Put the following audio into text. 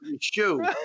shoe